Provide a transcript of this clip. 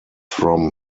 from